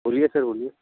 बोलिए सर बोलिए